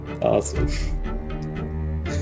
Awesome